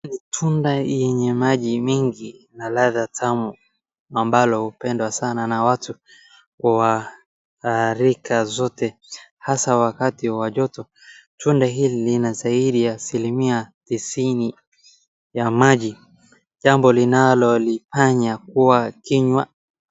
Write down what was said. Ni tunda yenye maji mingi na ladha tamu ambalo hupendwa na watu kwa rika zote, hasa wakati wa joto tunda hili lina zaidi ya asilimia tisini ya maji, jambo linalolifanya kuwa kinywa...